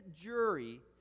jury